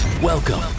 Welcome